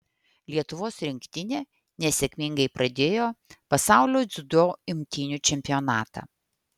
lietuvos rinktinė nesėkmingai pradėjo pasaulio dziudo imtynių čempionatą